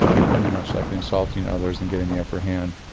pretty much like insulting others and getting the upper hand.